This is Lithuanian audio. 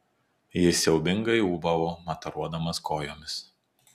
jis siaubingai ūbavo mataruodamas kojomis